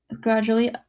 Gradually